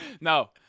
No